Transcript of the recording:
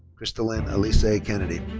kristalyn alyssay kennedy.